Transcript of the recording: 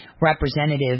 representative